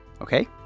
Okay